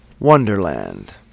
Wonderland